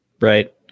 right